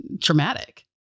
traumatic